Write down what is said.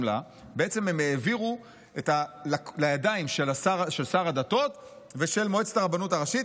לה בעצם הם העבירו לידיים של שר הדתות ושל מועצת הרבנות הראשית,